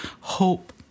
hope